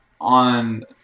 on